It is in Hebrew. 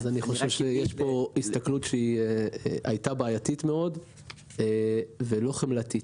אני חושב שיש פה הסתכלות שהיא בעייתית מאוד ולא חמלתית.